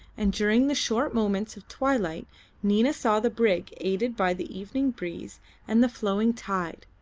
and during the short moments of twilight nina saw the brig, aided by the evening breeze and the flowing tide,